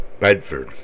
Bedford